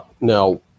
now